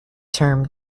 term